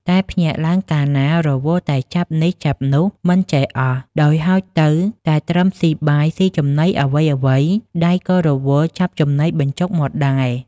តែភ្ញាក់ឡើងកាលណា រវល់តែចាប់នេះចាប់នោះ មិនចេះអស់ដោយហោចទៅតែត្រឹមស៊ីបាយស៊ី ចំណីអ្វី ៗ ដៃក៏រវល់ចាប់ចំណីបញ្ចុកមាត់ដែរ" ។